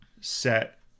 set